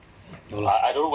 no lah